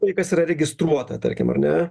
tai kas yra registruota tarkim ar ne